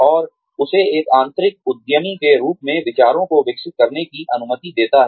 और उसे एक आंतरिक उद्यमी के रूप में विचारों को विकसित करने की अनुमति देता है